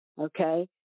Okay